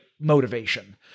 motivation